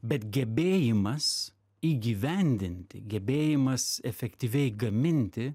bet gebėjimas įgyvendinti gebėjimas efektyviai gaminti